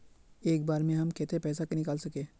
एक बार में हम केते पैसा निकल सके?